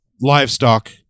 livestock